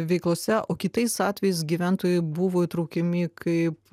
veiklose o kitais atvejais gyventojai buvo įtraukiami kaip